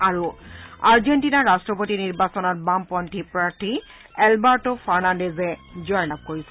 আৰু আৰ্জেণ্টিনাৰ ৰাট্টপতি নিৰ্বাচনত বামপন্থী প্ৰাৰ্থী এলবাৰ্টো ফাৰ্নাণ্ডেজে জয়লাভ কৰিছে